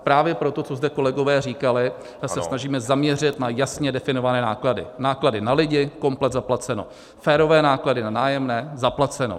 Právě pro to, co zde kolegové říkali, se snažíme zaměřit na jasně definované náklady, náklady na lidi, komplet zaplaceno, férové náklady na nájemné, zaplaceno.